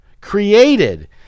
created